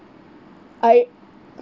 I